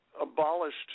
abolished